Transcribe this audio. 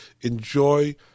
enjoy